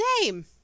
name